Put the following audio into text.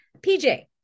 PJ